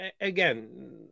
again